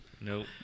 Nope